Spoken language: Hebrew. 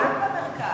גם במרכז.